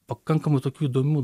pakankamų tokių įdomių